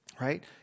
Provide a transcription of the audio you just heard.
right